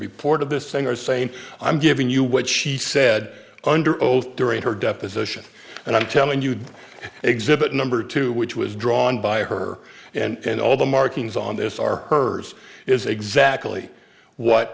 reported this thing are saying i'm giving you what she said under oath during her deposition and i'm telling you exhibit number two which was drawn by her and all the markings on this are hers is exactly what